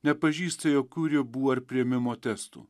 nepažįsta jokių ribų ar priėmimo testų